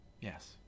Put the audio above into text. Yes